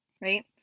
Right